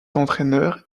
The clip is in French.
entraineur